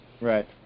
Right